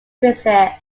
visit